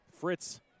Fritz